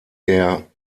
der